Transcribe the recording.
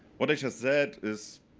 what i just said is